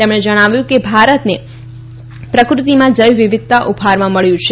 તેમણે જણાવ્યું કે ભારતને પ્રકૃતિમાં જૈવ વિવિધતા ઉપહારમાં મળ્યું છે